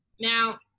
Now